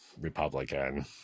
republican